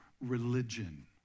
religion